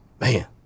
man